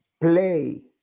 play